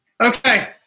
Okay